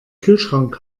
kühlschrank